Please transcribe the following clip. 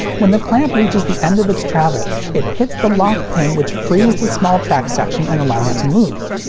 when the clamp reaches the end of its travel, it hits the lock pin which frees the small track section and allows it to move.